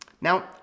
Now